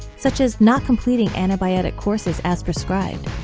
such as not completing antibiotic courses as prescribed,